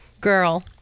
girl